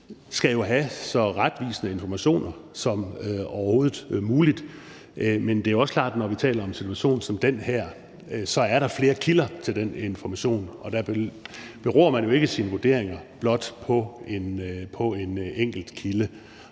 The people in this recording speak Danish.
skal have så retvisende informationer som overhovedet muligt. Men det er også klart, at når vi taler om en situation som den her, er der flere kilder til den information, og der beror man jo ikke sine vurderinger blot på en enkelt kilde,